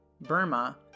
Burma